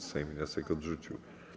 Sejm wniosek odrzucił.